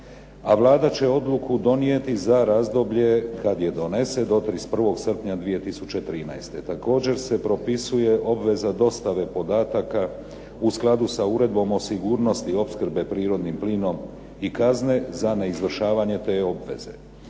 a Vlada će odluku donijeti za razdoblje kad je donese do 31. srpnja 2013. Također se propisuje obveza dostave podataka u skladu sa uredbom o sigurnosti opskrbe prirodnim plinom i kazne za neizvršavanje te obveze.